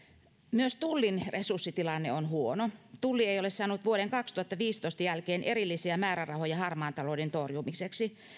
myös tullin resurssitilanne on huono tulli ei ole saanut vuoden kaksituhattaviisitoista jälkeen erillisiä määrärahoja harmaan talouden torjumiseksi